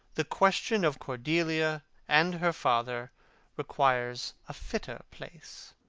the question of cordelia and her father requires a fitter place.